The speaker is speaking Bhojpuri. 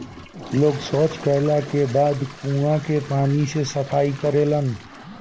लोग सॉच कैला के बाद कुओं के पानी से सफाई करेलन